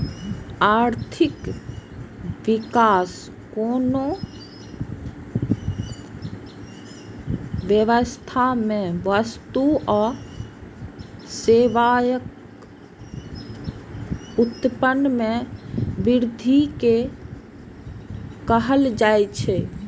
आर्थिक विकास कोनो अर्थव्यवस्था मे वस्तु आ सेवाक उत्पादन मे वृद्धि कें कहल जाइ छै